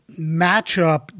matchup